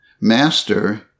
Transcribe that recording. Master